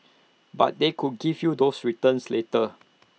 but they could give you those returns later